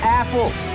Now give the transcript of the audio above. apples